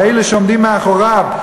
ואלה שעומדים מאחוריו,